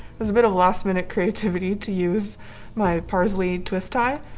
there's a bit of last-minute creativity to use my parsley twist tie.